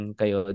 kayo